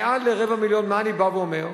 מעל לרבע מיליון, מה אני בא ואומר?